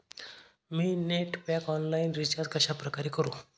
मी net pack online recharge कशाप्रकारे करु?